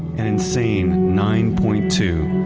an insane nine point two,